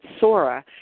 Sora